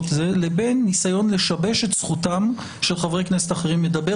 לבין ניסיון לשבש זכותם של חברי כנסת לדבר.